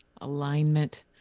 Alignment